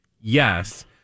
Yes